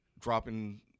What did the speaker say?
dropping